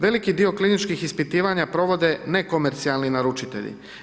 Veliki dio kliničkih ispitivanja provode nekomercionalni naručitelji.